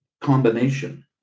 combination